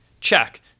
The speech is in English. Check